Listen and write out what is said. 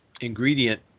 ingredient